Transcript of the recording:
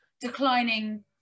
declining